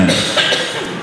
כבוד היושב-ראש,